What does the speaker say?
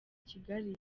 kigali